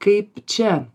kaip čia